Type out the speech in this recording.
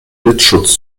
blitzschutz